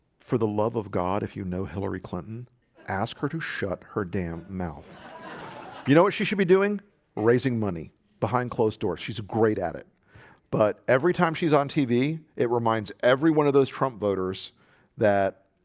for the love of god if you know hillary clinton ask her to shut her damn mouth you know what? she should be doing raising money behind closed doors. she's great at it but every time she's on tv it reminds everyone of those trump voters that